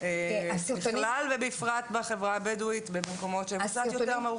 בכלל ובפרט בחברה הבדואית ובמקומות שהם קצת יותר מרוחקים?